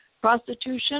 prostitution